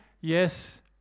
yes